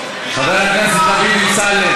חבר הכנסת דוד אמסלם,